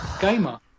gamer